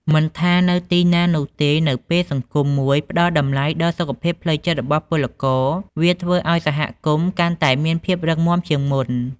មិនថានៅទីណានោះទេ នៅពេលសង្គមមួយផ្តល់តម្លៃដល់សុខភាពផ្លូវចិត្តរបស់ពលករ វាធ្វើឱ្យសហគមន៍កាន់តែមានភាពរឹងមាំជាងមុន។